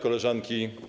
Koleżanki!